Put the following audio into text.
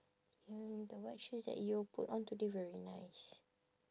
mm the white shoes that you put on today very nice